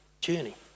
journey